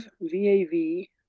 V-A-V